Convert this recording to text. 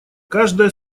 каждая